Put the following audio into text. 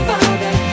Father